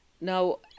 now